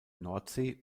nordsee